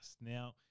Now